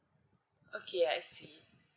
okay I see